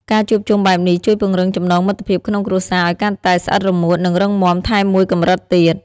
ការជួបជុំបែបនេះជួយពង្រឹងចំណងមិត្តភាពក្នុងគ្រួសារឲ្យកាន់តែស្អិតរមួតនិងរឹងមាំថែមមួយកម្រិតទៀត។